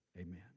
Amen